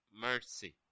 mercy